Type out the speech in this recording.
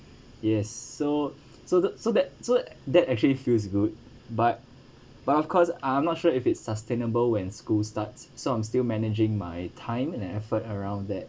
yes so so that so that so that that actually feels good but but of course I'm not sure if it's sustainable when school starts so I'm still managing my time and effort around that